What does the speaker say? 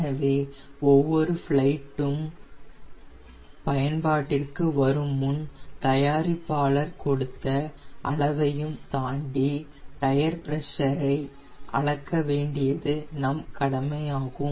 எனவே ஒவ்வொரு பிலைடும் பயன்பாட்டிற்கு வருமுன் தயாரிப்பாளர் கொடுத்த அளவையும் தாண்டி டயர் பிரஷரை அளக்கவேண்டியது நம் கடமையாகும்